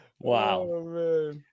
wow